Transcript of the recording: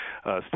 state